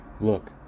Look